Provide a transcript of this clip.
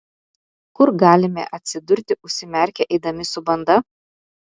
kur galime atsidurti užsimerkę eidami su banda